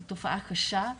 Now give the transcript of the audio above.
היא תופעה קשה,